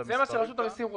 זה מה שרשות המסים רוצה.